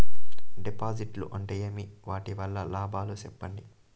డిపాజిట్లు అంటే ఏమి? వాటి వల్ల లాభాలు సెప్పండి?